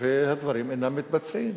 והדברים אינם מתבצעים.